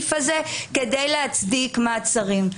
בסעיף הזה כדי להצדיק מעצרים.